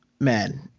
man